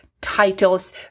titles